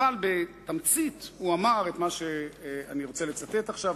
אבל בתמצית הוא אמר את מה שאני רוצה לצטט עכשיו,